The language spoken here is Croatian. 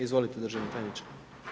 Izvolite državni tajniče.